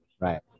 right